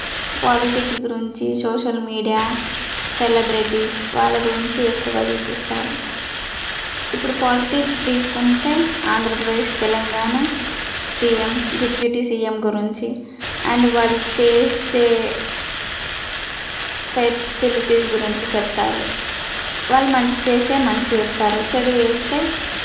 politics గురించి social media celebrities వాళ్ళ గురించి ఎక్కువగా చూపిస్తారు ఇప్పుడు పాలిటిక్స్ తీసుకుంటే Andhra Pradesh Telangana CM deputy CM గురించి అండ్ వాళ్ళు చేసే ఫెసిలిటీస్ గురించి చెప్తారు వాళ్ళు మంచి చేస్తే మంచి చెప్తారు చెడు చేస్తే